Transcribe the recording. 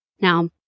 Now